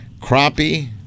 crappie